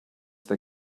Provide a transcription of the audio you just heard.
they